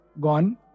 gone